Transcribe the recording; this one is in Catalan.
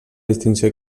distinció